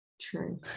true